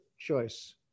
choice